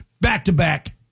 back-to-back